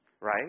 Right